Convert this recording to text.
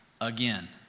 Again